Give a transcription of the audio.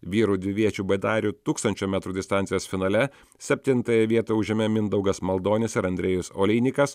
vyrų dviviečių baidarių tūkstančio metrų distancijos finale septintąją vietą užėmė mindaugas maldonis ir andrejus oleinikas